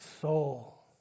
soul